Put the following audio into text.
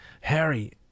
Harry